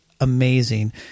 amazing